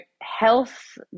health